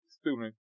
student